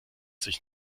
sich